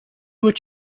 what